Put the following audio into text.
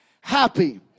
happy